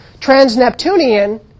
trans-Neptunian